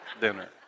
dinner